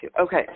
Okay